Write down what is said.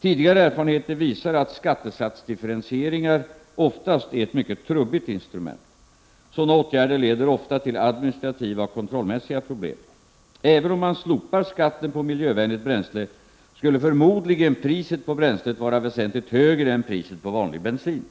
Tidigare erfarenheter visar att skattesatsdifferentieringar oftast är ett mycket trubbigt instrument. Sådana åtgärder leder ofta till administrativa och kontrollmässiga problem. Även om man slopar skatten på miljövänligt bränsle skulle förmodligen priset på bränslet vara väsentligt högre än priset på vanlig bensin.